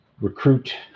recruit